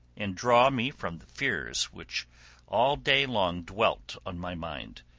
and draw me from the fears which all day long dwelt on my mind,